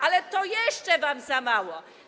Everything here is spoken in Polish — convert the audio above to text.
Ale to jeszcze wam za mało.